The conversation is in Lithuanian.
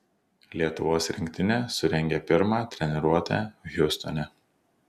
lietuvos rinktinė surengė pirmą treniruotę hjustone